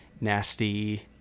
nasty